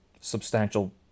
substantial